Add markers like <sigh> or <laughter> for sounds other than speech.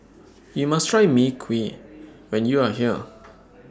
<noise> YOU must Try Mui Kee when YOU Are here